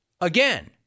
Again